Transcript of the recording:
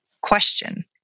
question